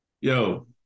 yo